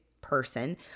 person